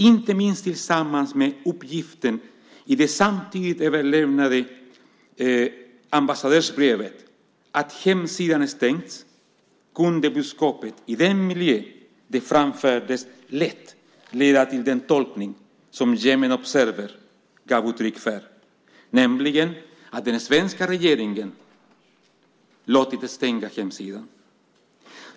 Inte minst tillsammans med uppgiften i det samtidigt överlämnade ambassadörsbrevet att hemsidan stängts kunde budskapet i den miljö det framfördes lätt leda till den tolkning som Yemen Observer gav uttryck för, nämligen att den svenska regeringen låtit stänga hemsidan.